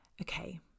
Okay